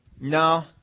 No